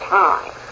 time